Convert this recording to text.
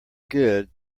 good